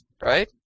right